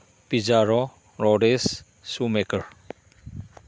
ꯄꯤꯖꯥꯔꯣ ꯔꯣꯂꯤꯁ ꯁꯨꯃꯦꯀꯔ